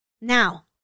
Now